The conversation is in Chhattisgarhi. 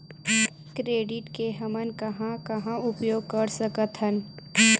क्रेडिट के हमन कहां कहा उपयोग कर सकत हन?